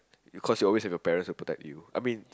because you always have your parents to protect you I mean